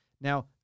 Now